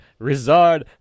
Rizard